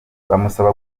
bamusaba